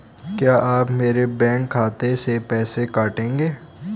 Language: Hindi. क्या आप मेरे बैंक खाते से पैसे काटेंगे?